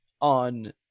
on